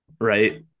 Right